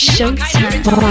Showtime